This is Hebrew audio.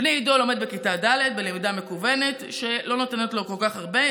בני עידו לומד בכיתה ד' בלמידה מקוונת שלא נותנת לו כל כך הרבה.